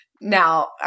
Now